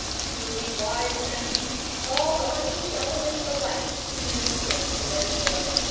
truly wise men called on each element alike to minister to their joy,